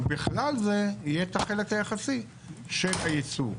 ובכלל זה יהיה את החלק היחסי של הייצוא.